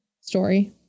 story